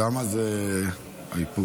למה אין מסכים?